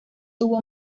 tuvo